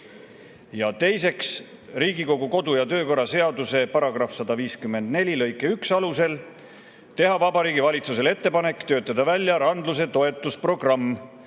ja teiseks, Riigikogu kodu- ja töökorra seaduse § 154 lõike 1 alusel teha Vabariigi Valitsusele ettepaneku töötada välja randluse toetusprogramm,